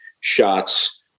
shots